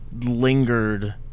lingered